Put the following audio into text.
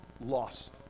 lost